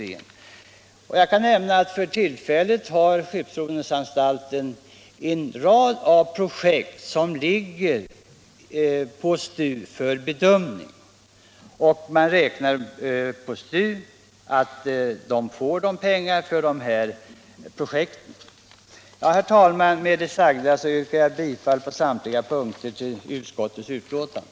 Jag kan nämna att skeppsprovningsanstalten för närvarande har en rad projekt som ligger hos STU för bedömning och som man kan räkna med bli välvilligt behandlade. Herr talman! Med det sagda yrkar jag på samtliga punkter bifall till utskottets hemställan.